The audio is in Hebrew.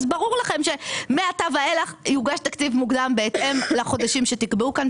אז ברור שמעתה ואילך יוגש תקציב מוקדם בהתאם לחודשים שתקבעו כאן,